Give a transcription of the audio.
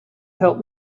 help